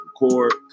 record